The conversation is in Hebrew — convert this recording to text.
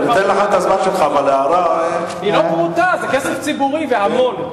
היא לא פרוטה, זה כסף ציבורי, והמון.